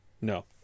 No